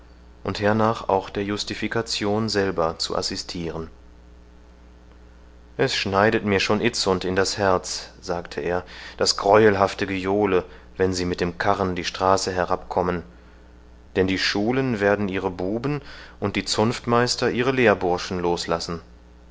und hernach auch der justification selber zu assistiren es schneidet mir schon itzund in das herz sagte er das greuelhafte gejohle wenn sie mit dem karren die straße herabkommen denn die schulen werden ihre buben und die zunftmeister ihre lehrburschen loslassen